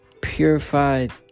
purified